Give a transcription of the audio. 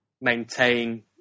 maintain